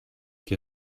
qui